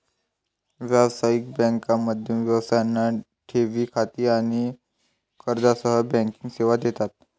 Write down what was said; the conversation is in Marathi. व्यावसायिक बँका मध्यम व्यवसायांना ठेवी खाती आणि कर्जासह बँकिंग सेवा देतात